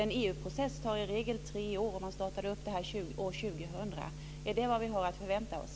En EU process tar i regel tre år. Man startade det här år 2000. Är det vad vi har att förvänta oss?